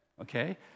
okay